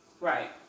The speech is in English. Right